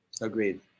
Agreed